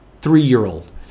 three-year-old